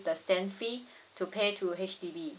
the stamp fee to pay to H_D_B